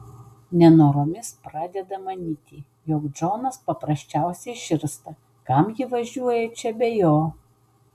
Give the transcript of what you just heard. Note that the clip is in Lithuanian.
nenoromis pradeda manyti jog džonas paprasčiausiai širsta kam ji važiuoja čia be jo